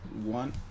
One